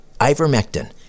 Ivermectin